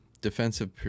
defensive